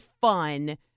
fun